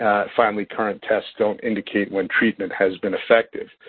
finally, current tests don't indicate when treatment has been effective.